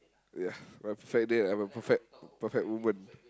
ya I have a perfect date I have a perfect perfect woman